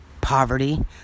poverty